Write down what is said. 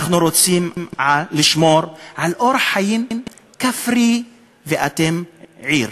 אנחנו רוצים לשמור על אורח חיים כפרי, ואתם עיר.